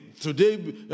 today